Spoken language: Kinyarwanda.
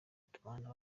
tubana